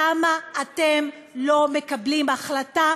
למה אתם לא מקבלים החלטה,